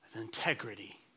Integrity